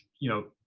you know,